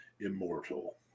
Immortal